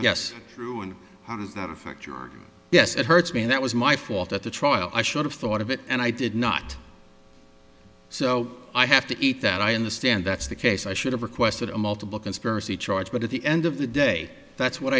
yes true and not affect your yes it hurts me that was my fault at the trial i should have thought of it and i did not so i have to eat that i understand that's the case i should have requested a multiple conspiracy charge but at the end of the day that's what